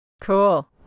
Cool